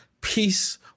Peace